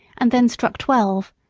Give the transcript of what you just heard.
and then struck twelve,